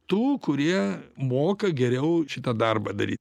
tų kurie moka geriau šitą darbą dary